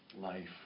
life